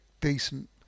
decent